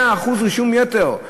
100% רישום יתר.